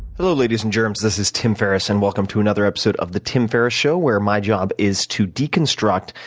hello, ladies and germs. this is tim ferriss and welcome to another episode of the tim ferriss show where my job is to deconstruct,